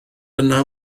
yna